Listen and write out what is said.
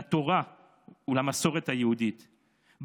לתורה ולמסורת היהודית,